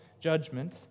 judgment